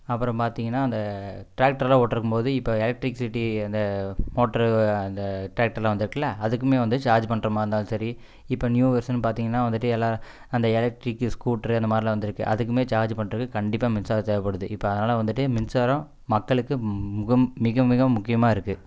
அப்புறம் பார்த்தீங்கனா அந்த ட்ராக்டர்லாம் ஓட்டிருக்கும்போது இப்போ எலக்ட்ரிக்சிட்டி அந்த மோட்ரு அந்த ட்ராக்டர்லாம் வந்துட்டுல அதுக்குமே வந்துட்டு சார்ஜ் பண்ணுற மாதிரி இருந்தாலும் செரி இப்போ நியூ வெர்ஷன் பார்த்தீங்கனா வந்துட்டு எல்லா அந்த எலெக்ட்ரிக்கு ஸ்கூட்ரு அந்தமாதிரியெல்லாம் வந்துருக்குது அதுக்குமே சார்ஜ் பண்ணுறதுக்கு கண்டிப்பாக மின்சாரம் தேவைப்படுது இப்போ அதனால் வந்துட்டு மின்சாரம் மக்களுக்கு மிக மிக மிக முக்கியமாக இருக்குது